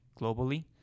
globally